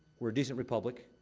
we're a decent republic.